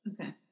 Okay